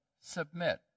submit